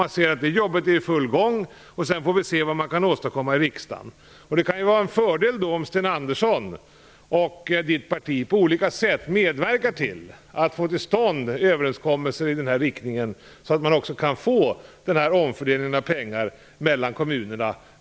Det jobbet är i full gång. Sedan får vi se vad riksdagen kan åstadkomma. Det kan ju då vara en fördel om Sten Andersson och hans parti på olika sätt medverkar till att få till stånd en överenskommelse, så att man av bl.a. nämnda skäl kan få en omfördelning av pengarna mellan kommunerna.